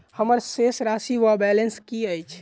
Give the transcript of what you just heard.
हम्मर शेष राशि वा बैलेंस की अछि?